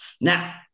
Now